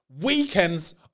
weekends